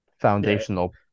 foundational